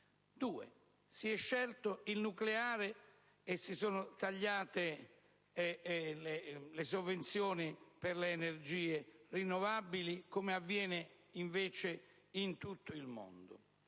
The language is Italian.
si è scelto il nucleare e si sono tagliate le sovvenzioni per le energie rinnovabili, come invece avviene in tutto il mondo;